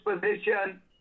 position